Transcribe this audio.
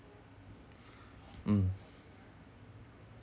mm